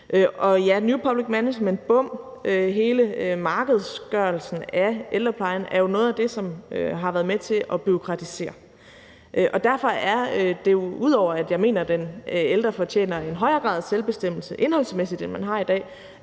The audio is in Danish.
det med new public management og hele markedsgørelsen af ældreplejen er jo noget af det, der har været med til at bureaukratisere den. Ud over at jeg mener, at den ældre fortjener en højere grad af selvbestemmelse indholdsmæssigt, end der er i dag,